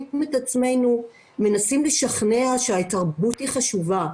את עצמנו מנסים לשכנע שהתרבות היא חשובה.